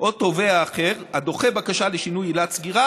או תובע אחר הדוחה בקשה לשינוי עילת סקירה